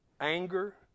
anger